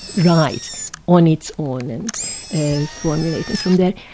right on its own and and formulating from that.